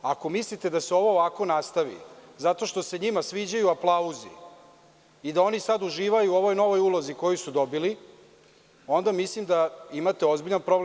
Ako mislite da se ovo ovako nastavi zato što se njima sviđaju aplauzi i da oni sada uživaju u ovoj novoj ulozi koju su dobili, onda mislim da imate ozbiljan problem.